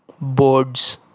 Boards